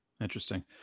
interesting